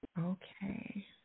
Okay